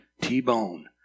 T-bone